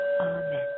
amen